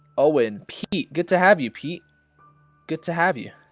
oh and pete good to have you pete good to have you